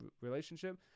relationship